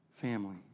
family